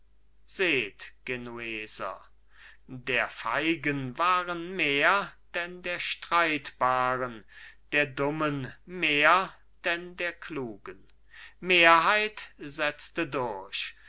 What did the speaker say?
seht genueser der feigen waren mehr denn der streitbaren der dummen mehr denn der klugen mehrheit setzte durch